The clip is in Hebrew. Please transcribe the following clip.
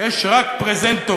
יש רק פרזנטורים.